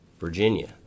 Virginia